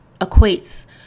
equates